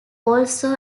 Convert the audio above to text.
also